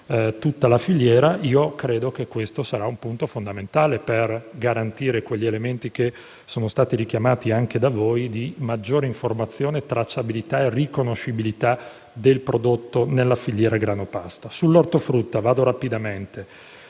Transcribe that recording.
tutta la filiera, e credo che questo sarà un punto fondamentale per garantire gli elementi, richiamati anche da voi, di maggiore informazione, tracciabilità e riconoscibilità del prodotto nella filiera grano-pasta. Per quanto riguarda